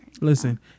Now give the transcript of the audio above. Listen